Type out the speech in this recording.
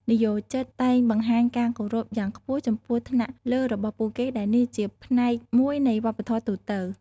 និយោជិតតែងបង្ហាញការគោរពយ៉ាងខ្ពស់ចំពោះថ្នាក់លើរបស់ពួកគេ ដែលនេះជាផ្នែកមួយនៃវប្បធម៌ទូទៅ។